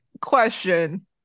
question